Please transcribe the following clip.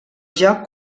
joc